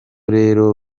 rero